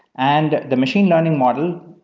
and the machine learning model,